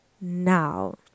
now